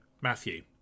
Matthew